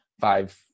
five